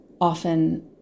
Often